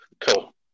Cool